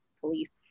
police